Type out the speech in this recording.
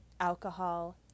alcohol